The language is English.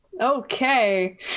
Okay